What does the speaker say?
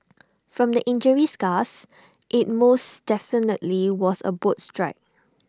from the injury scars IT most definitely was A boat strike